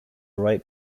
right